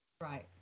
Right